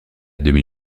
demi